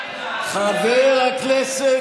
חבר הכנסת